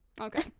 Okay